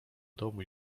domu